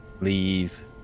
leave